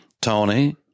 Tony